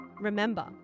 Remember